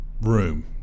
room